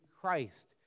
Christ